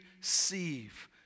receive